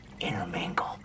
intermingle